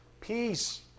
Peace